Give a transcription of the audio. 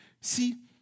see